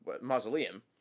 mausoleum